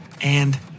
And